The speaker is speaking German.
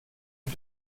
für